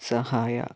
ಸಹಾಯ